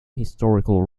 historical